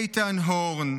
איתן הורן,